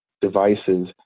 devices